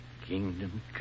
Kingdom